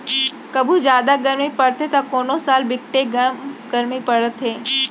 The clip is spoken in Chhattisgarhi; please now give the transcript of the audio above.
कभू जादा गरमी परथे त कोनो साल बिकटे कम गरमी परत हे